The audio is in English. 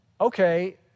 Okay